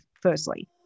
firstly